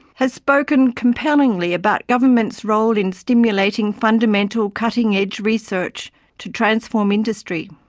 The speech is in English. has spoke and compellingly about government's role in stimulating fundamental cutting-edge research to transform industry.